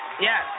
Yes